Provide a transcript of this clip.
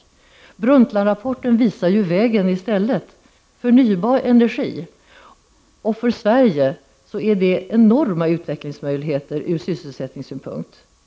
I stället visar Brundtlandrapporten vägen, och det är förnybar energi. För Sverige innebär detta enorma utvecklingsmöjligheter från sysselsättningssynpunkt.